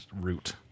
route